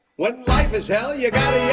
when life is hell you gotta